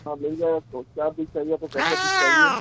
ہاں مل جائے گا آپ کو کیا بیج چاہیے آپ کو کیسا بیج چاہیے